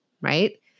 right